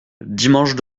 dimanche